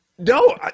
No